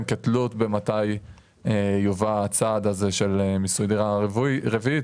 כתלות במתי יובא הצעד הזה של מיסוי דירה רביעית,